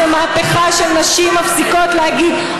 זו מהפכה שנשים מפסיקות להגיד,